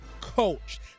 coach